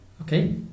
Okay